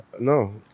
No